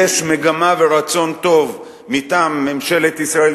יש מגמה ורצון טוב מטעם ממשלת ישראל,